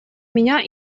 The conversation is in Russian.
меня